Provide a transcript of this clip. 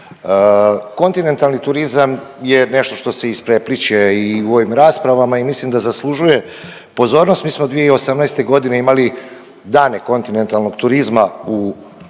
Kontinentalni turizam je nešto što se isprepliće i u ovim raspravama i mislim da zaslužuje pozornost. Mi smo 2018.g. imali Dane kontinentalnog turizma u